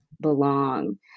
belong